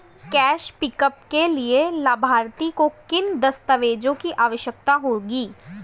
Cash pickup के लिए लाभार्थी को किन दस्तावेजों की आवश्यकता होगी?